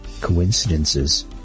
coincidences